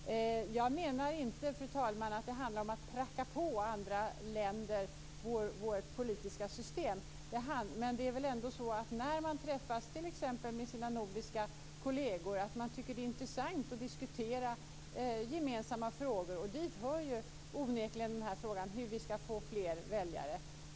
Jag menar inte, fru talman, att det handlar om att pracka på andra länder vårt politiska system, men när man träffar t.ex. sina nordiska kolleger är det intressant att diskutera gemensamma frågor, och dit hör ju onekligen frågan hur vi ska få fler väljare.